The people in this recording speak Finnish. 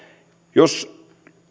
jos